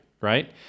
right